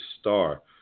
star